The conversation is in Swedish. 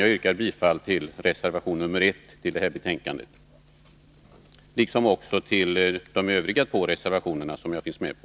Jag yrkar bifall till reservation 1 vid detta betänkande, liksom till de övriga två reservationer som jag har undertecknat.